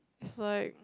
it's like